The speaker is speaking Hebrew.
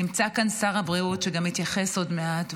נמצא כאן שר הבריאות שגם יתייחס עוד מעט,